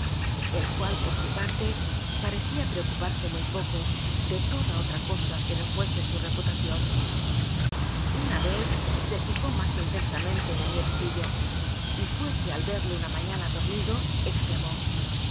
el cual por su parte parecía preocuparse muy poco de toda otra cosa que no fuese su reputación una vez se fijó más intensamente en el nietecillo y fué que al verle una mañana dormido exclamó